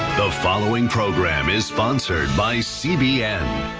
the following program is sponsored by cbn.